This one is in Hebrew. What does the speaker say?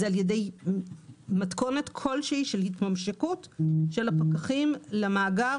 זה על-ידי מתכונת של התממשקות של הפקחים למאגר,